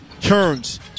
Turns